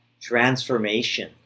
transformation